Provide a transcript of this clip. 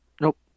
Nope